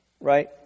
right